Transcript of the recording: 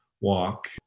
walk